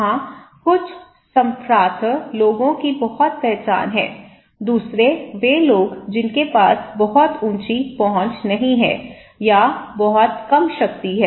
वहाँ कुछ संभ्रांत लोगों की बेहतर पहुँच है दूसरे वे लोग जिनके पास बहुत ऊंची पहुँच नहीं है या बहुत कम शक्ति है